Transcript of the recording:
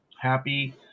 happy